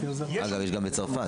אגב, יש גם בצרפת.